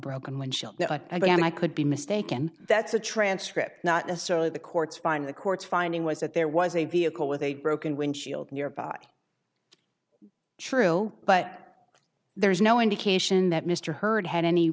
broken when she again i could be mistaken that's a transcript not necessarily the court's find the court's finding was that there was a vehicle with a broken windshield nearby true but there's no indication that mr hurd had any